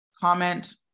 comment